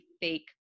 fake